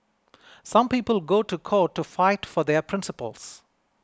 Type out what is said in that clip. some people go to court to fight for their principles